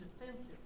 defensive